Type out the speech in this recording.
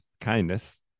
kindness